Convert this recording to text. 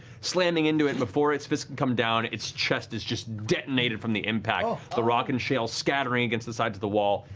slamming into it before its fist can come down. its chest is detonated from the impact, the rock and shale scattering against the sides of the wall,